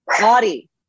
Body